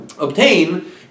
obtain